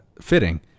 fitting